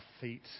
feet